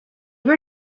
peer